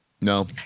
no